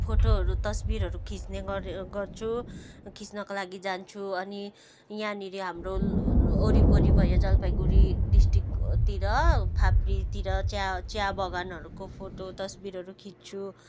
फोटोहरू तस्बिरहरू खिच्ने गर् गर्छु खिच्नका लागि जान्छु अनि यहाँनेरि हाम्रो वरिपरि भयो जलपाइगुडी डिस्ट्रिकतिर फाप्रीतिर चिया चिया बगानहरूको फोटो तस्बिरहरू खिच्दछु